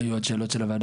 היו עוד שאלות של הוועדה?